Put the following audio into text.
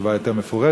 לתשובה יותר מפורטת.